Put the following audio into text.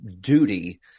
duty